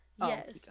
Yes